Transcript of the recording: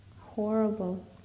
horrible